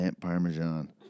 Parmesan